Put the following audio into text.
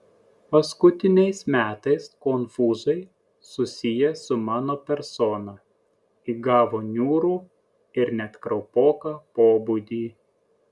paskutiniais metais konfūzai susiję su mano persona įgavo niūrų ir net kraupoką pobūdį